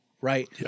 Right